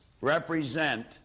represent